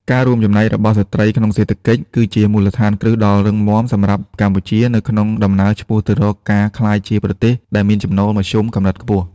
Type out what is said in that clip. ការរួមចំណែករបស់ស្ត្រីក្នុងសេដ្ឋកិច្ច គឺជាមូលដ្ឋានគ្រឹះដ៏រឹងមាំសម្រាប់កម្ពុជានៅក្នុងដំណើរឆ្ពោះទៅរកការក្លាយជាប្រទេសដែលមានចំណូលមធ្យមកម្រិតខ្ពស់។